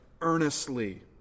earnestly